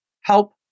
help